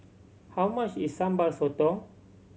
how much is Sambal Sotong